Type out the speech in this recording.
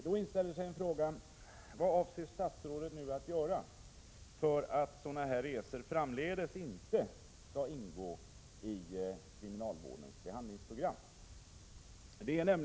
Då inställer sig frågan: Vad avser statsrådet att göra nu för att sådana resor framdeles inte skall ingå i kriminalvårdens behandlingspro gram?